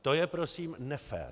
To je prosím nefér.